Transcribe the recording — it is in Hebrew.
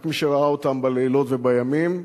רק מי שראה אותם בלילות ובימים,